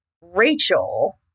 Rachel